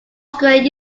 squared